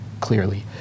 clearly